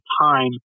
time